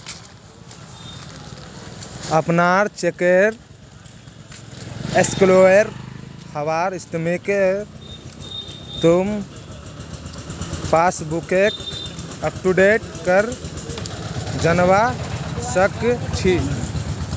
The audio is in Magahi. अपनार चेकेर क्लियर हबार स्थितिक तुइ पासबुकक अपडेट करे जानवा सक छी